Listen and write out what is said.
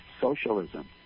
socialism